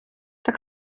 так